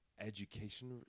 education